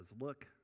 look